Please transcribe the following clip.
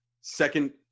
second